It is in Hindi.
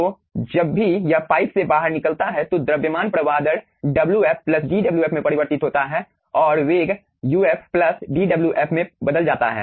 तो जब भी यह पाइप से बाहर निकलता है तो द्रव्यमान प्रवाह दर wf dwf में परिवर्तन होता है और वेग uf dwf में बदल जाता है